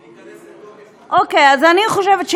שיצא וייכנס לתוקף עוד